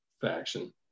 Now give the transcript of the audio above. faction